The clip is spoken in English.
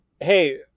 Hey